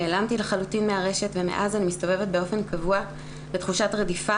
נעלמתי לחלוטין מהרשת ומאז אני מסתובבת באופן קבוע בתחושת רדיפה,